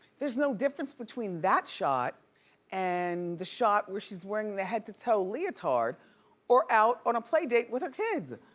there's no difference between that shot and the shot where she's wearing the head to toe leotard or out on a play date with her kids.